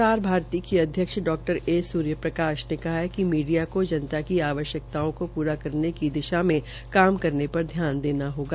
प्रसार भारती के अध्यक्ष डॉक्टर ए सूर्यप्रकाश ने कहा है कि मीडिया कथ जनता की आवश्यकताओं कथ पूरा करने की दिशा में काम करने पर ध्यान देना चाहिए